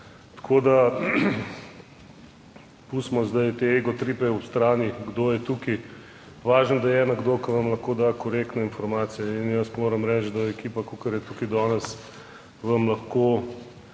tako da pustimo zdaj te egotripe ob strani, kdo je tukaj važno, da je nekdo, ki vam lahko da korektne informacije. In jaz moram reči, da ekipa kakor je tukaj danes vam lahko